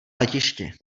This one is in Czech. letišti